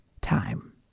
time